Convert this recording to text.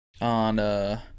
on